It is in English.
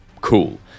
cool